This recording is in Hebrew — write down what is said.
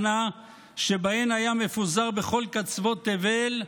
שנה שבהן היה מפוזר בכל קצוות תבל,